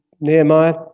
Nehemiah